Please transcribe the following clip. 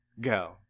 Go